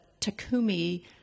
Takumi